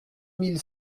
mille